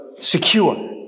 secure